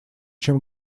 чем